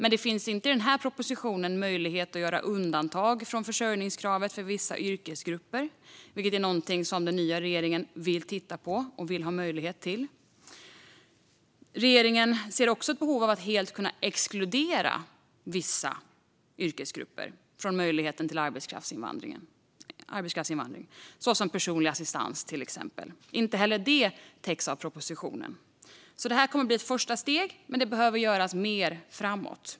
Det finns dock inte i den här propositionen någon möjlighet att göra undantag från försörjningskravet för vissa yrkesgrupper, vilket är någonting som den nya regeringen vill titta på. Regeringen ser också ett behov av att helt kunna exkludera vissa yrkesgrupper från möjligheten till arbetskraftsinvandring, till exempel personlig assistans. Inte heller detta täcks av propositionen. Detta kommer alltså att bli ett första steg, men det behöver göras mer framöver.